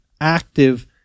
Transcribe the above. active